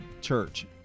church